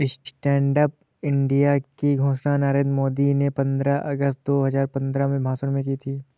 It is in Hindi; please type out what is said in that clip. स्टैंड अप इंडिया की घोषणा नरेंद्र मोदी ने पंद्रह अगस्त दो हजार पंद्रह में भाषण में की थी